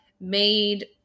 made